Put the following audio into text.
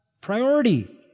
priority